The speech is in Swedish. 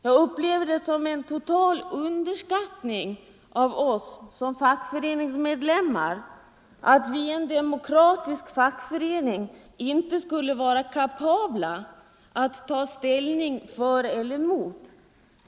Jag upplever det som en enorm underskattning av oss som fackföreningsmedlemmar när man hävdar att vi inte skulle vara kapabla att ta ställning för eller emot.